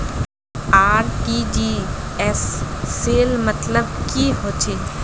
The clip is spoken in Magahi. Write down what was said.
आर.टी.जी.एस सेल मतलब की होचए?